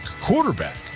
quarterback